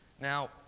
Now